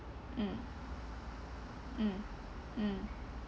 mm mm mm